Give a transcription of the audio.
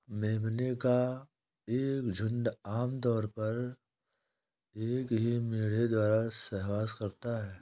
मेमने का एक झुंड आम तौर पर एक ही मेढ़े द्वारा सहवास करता है